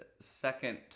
second